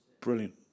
Brilliant